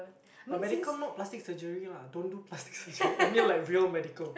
but medical not plastic surgery lah don't do plastic surgery I mean like real medical